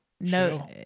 no